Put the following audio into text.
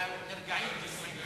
נרגעים בזכותך.